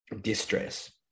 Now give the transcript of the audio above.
distress